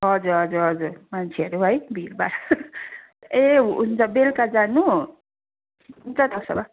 हजुर हजुर हजुर मान्छेहरू है भिडभाड ए हुन्छ बेलुका जानु हुन्छ त्यसो भए